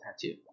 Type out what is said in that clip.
tattoo